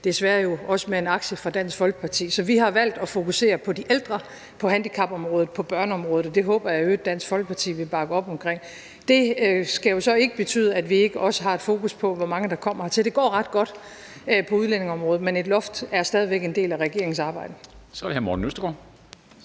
desværre jo også med en aktie fra Dansk Folkeparti. Så vi har valgt at fokusere på de ældre, på handicapområdet, på børneområdet, og det håber jeg i øvrigt Dansk Folkeparti vil bakke op om. Det skal jo så ikke betyde, at vi ikke også har et fokus på, hvor mange der kommer hertil. Det går ret godt på udlændingeområdet, men et loft er stadig væk en del af regeringens arbejde.